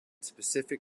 specific